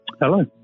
Hello